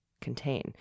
contain